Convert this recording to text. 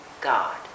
God